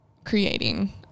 creating